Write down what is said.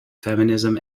feminism